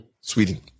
Sweden